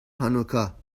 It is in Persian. هانوکا